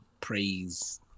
praise